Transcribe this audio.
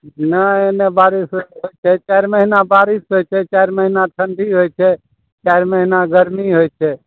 नहि एने बारिष होइ छै चारि महीना बारिष होइ छै चारि महिना ठंडी होइ छै चारि महीना गर्मी होइ छै